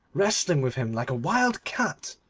wrestling with him like a wild cat,